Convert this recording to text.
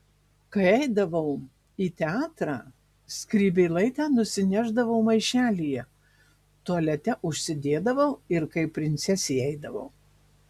kai eidavau į teatrą skrybėlaitę nusinešdavau maišelyje tualete užsidėdavau ir kaip princesė eidavau